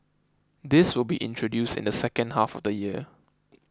this will be introduced in the second half of the year